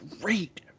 great